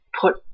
put